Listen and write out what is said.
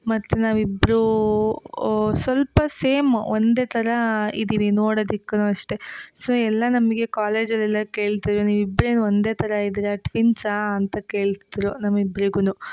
ಮತ್ತು ನಾವಿಬ್ಬರೂ ಸ್ವಲ್ಪ ಸೇಮ್ ಒಂದೇ ಥರ ಇದ್ದೀವಿ ನೋಡದಕ್ಕೂ ಅಷ್ಟೇ ಸೊ ಎಲ್ಲ ನಮಗೆ ಕಾಲೇಜಲ್ಲೆಲ್ಲ ಕೇಳ್ತಿದ್ದರು ನೀವಿಬ್ರೂ ಏನು ಒಂದೇ ಥರ ಇದ್ದೀರ ಟ್ವಿನ್ಸಾ ಅಂತ ಕೇಳ್ತಿದ್ದರು ನಮ್ಮ ಇಬ್ರಿಗೂ